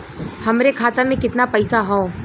हमरे खाता में कितना पईसा हौ?